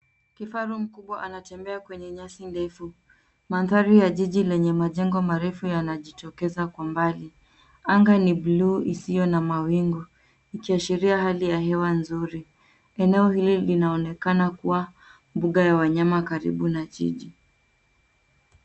Kifaru mkubwa anatembea kwenye nyasi ndefu. Mandhari ya jiji yenye majengo marefu yanajitokeza kwa mbali. Anga ni buluu isiyo na mawingu ikiashiria hali ya hewa nzuri. Eneo hili linaonekana kuwa mbuga ya wanyama karibu na jiji.